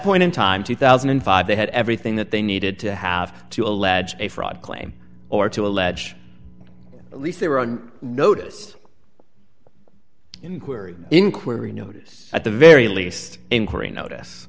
point in time two thousand and five they had everything that they needed to have to allege a fraud claim or to allege at least they were on notice inquiry inquiry notice at the very least inquiry notice